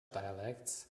dialects